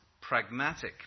pragmatic